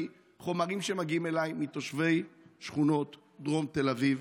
מחומרים שמגיעים אליי מתושבי שכונות דרום תל אביב,